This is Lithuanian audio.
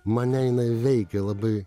mane jinai veikia labai